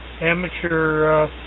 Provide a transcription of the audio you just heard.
Amateur